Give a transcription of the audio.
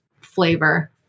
flavor